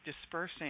dispersing